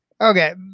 Okay